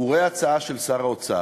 הוא רואה הצעה של שר האוצר,